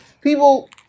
People